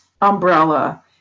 umbrella